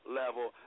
level